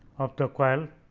of the coil